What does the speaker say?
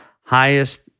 highest